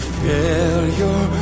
failure